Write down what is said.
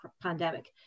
pandemic